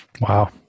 Wow